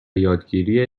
یادگیری